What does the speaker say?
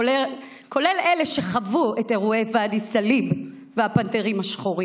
כולל על אלה שחוו את אירועי ואדי סאליב והפנתרים השחורים.